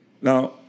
Now